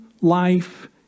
life